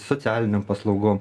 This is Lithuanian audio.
socialinėm paslaugom